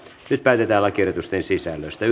nyt päätetään lakiehdotusten sisällöstä